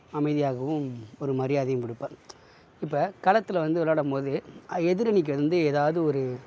அமைதியாகவும் ஒரு மரியாதையும் கொடுப்பர் இப்போ களத்தில் வந்து விளாடம் போது எதிர் அணிக்கு வந்து எதாவது ஒரு